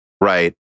right